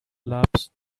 loves